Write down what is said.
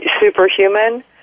Superhuman